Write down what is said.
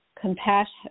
compassion